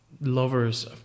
Lovers